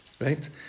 Right